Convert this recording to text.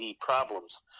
problems